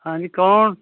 ਹਾਂਜੀ ਕੌਣ